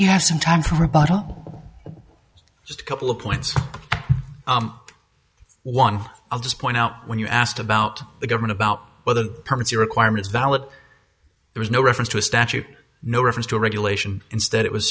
you have some time for just a couple of points one i'll just point out when you asked about the government about whether permits your requirements valid there's no reference to a statute no reference to regulation instead it was